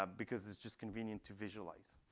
um because it's just convenient to visualize.